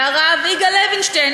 והרב יגאל לוינשטיין,